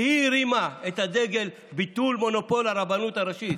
שהיא הרימה את הדגל של ביטול מונופול הרבנות הראשית,